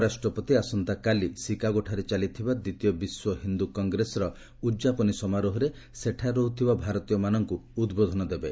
ଉପରାଷ୍ଟ୍ରପତି ଆସନ୍ତାକାଲି ସିକାଗୋଠାରେ ଚାଲିଥିବା ଦ୍ୱିତୀୟ ବିଶ୍ୱ ହିନ୍ଦୁ କଂଗ୍ରେସର ଉଦ୍ଯାପନୀ ସମାରୋହରେ ସେଠାରେ ରହ୍ରିଥିବା ଭାରତୀୟମାନଙ୍କୁ ଉଦ୍ବୋଧନ ଦେବେ